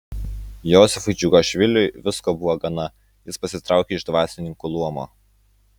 josifui džiugašviliui visko buvo gana jis pasitraukė iš dvasininkų luomo